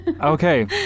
okay